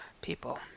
people